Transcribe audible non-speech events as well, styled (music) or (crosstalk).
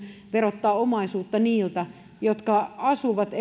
verottaa omaisuutta erityisesti niiltä pienituloisilta jotka asuvat (unintelligible)